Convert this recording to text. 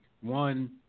One